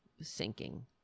sinking